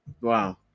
Wow